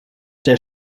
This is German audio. der